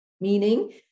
Meaning